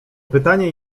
pytanie